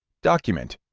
document,